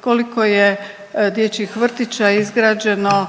koliko je dječjih vrtića izgrađeno